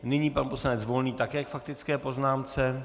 Nyní pan poslanec Volný také k faktické poznámce.